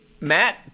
Matt